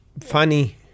funny